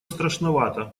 страшновато